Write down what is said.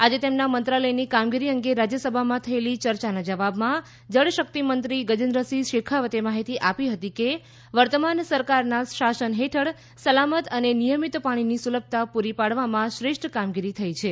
આજે તેમના મંત્રાલયની કામગીરી અંગે રાજ્યસભામાં થયેલી ચર્ચાના જવાબમાં જળ શક્તિમંત્રી ગજેન્દ્રસિંહ શેખાવતે માહિતી આપી હતી કે વર્તમાન સરકારના શાસન હેઠળ સલામત અને નિયમિત પાણીની સુલભતા પૂરી પાડવામાં શ્રેષ્ઠ કામગીરી થઇ છે